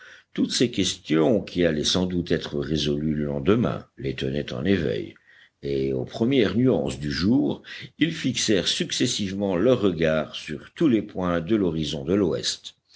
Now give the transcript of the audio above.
toutes ces questions qui allaient sans doute être résolues le lendemain les tenaient en éveil et aux premières nuances du jour ils fixèrent successivement leurs regards sur tous les points de l'horizon de l'ouest